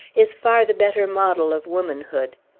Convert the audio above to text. is far the better model of womanhood.